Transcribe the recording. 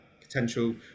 potential